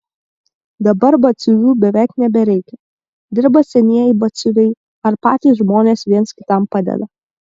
dabar batsiuvių beveik nebereikia dirba senieji batsiuviai ar patys žmonės viens kitam padeda